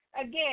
Again